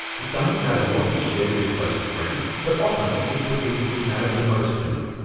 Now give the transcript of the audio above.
it doesn't matter what you share with your closest friends, but often it's the things which matter the most to you.